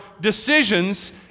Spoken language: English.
decisions